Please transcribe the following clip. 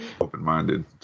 Open-minded